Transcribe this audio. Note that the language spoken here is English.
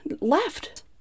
left